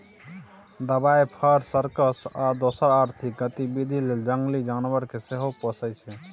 दबाइ, फर, सर्कस आ दोसर आर्थिक गतिबिधि लेल जंगली जानबर केँ सेहो पोसय छै